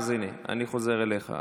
אז הינה, אני חוזר אליך.